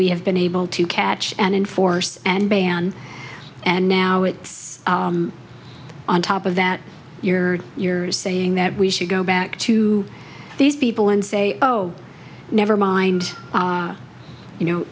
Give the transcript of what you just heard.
we have been able to catch and enforce and ban and now it's on top of that your years saying that we should go back to these people and say oh never mind you know